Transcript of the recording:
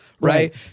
Right